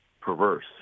perverse